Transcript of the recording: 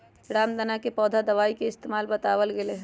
रामदाना के पौधा दवाई के इस्तेमाल बतावल गैले है